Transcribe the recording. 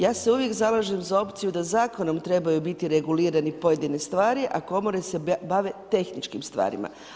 Ja se uvijek zalažem za opciju da zakonom trebaju biti regulirane pojedine stvari a komore se bave tehničkim stvarima.